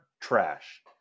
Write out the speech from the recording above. Trash